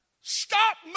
stop